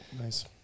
Nice